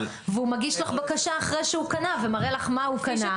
והוא מגיש לך בקשה אחרי שהוא קנה ומראה לך מה הוא קנה ומה המכשיר.